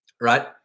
Right